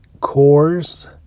cores